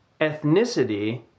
ethnicity